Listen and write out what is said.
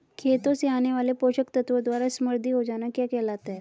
खेतों से आने वाले पोषक तत्वों द्वारा समृद्धि हो जाना क्या कहलाता है?